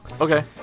okay